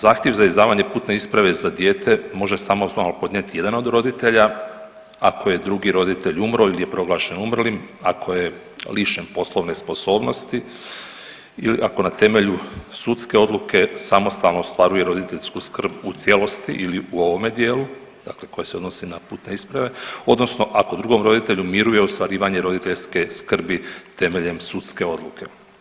Zahtjev za izdavanje putne isprave za dijete može samostalno podnijeti jedan od roditelja ako je drugi roditelj umro ili je proglašen umrlim, ako je lišen poslovne sposobnosti ili ako na temelju sudske odluke samostalno ostvaruje roditeljsku skrb u cijelosti ili u ovome dijelu, dakle koje se odnose na putne isprave odnosno ako drugom roditelju miruje ostvarivanje roditeljske skrbi temeljem sudske odluke.